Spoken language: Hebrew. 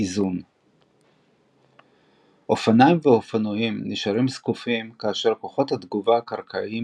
איזון אופניים ואופנועים נשארים זקופים כאשר כוחות התגובה הקרקעיים